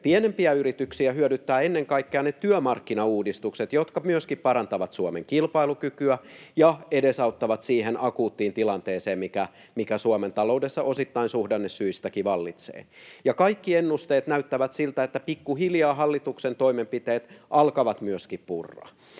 pienempiä yrityksiä hyödyttävät ennen kaikkea ne työmarkkinauudistukset, jotka myöskin parantavat Suomen kilpailukykyä ja edesauttavat siihen akuuttiin tilanteeseen, mikä Suomen taloudessa osittain suhdannesyistäkin vallitsee. Kaikki ennusteet näyttävät siltä, että pikkuhiljaa hallituksen toimenpiteet alkavat myöskin purra.